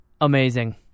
Amazing